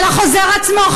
אבל החוזר עצמו,